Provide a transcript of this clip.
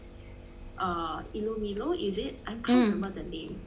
uh ilo milo is it I can't remember the name